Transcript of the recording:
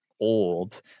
old